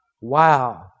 Wow